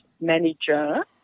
manager